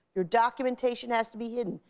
your documentation has to be hidden.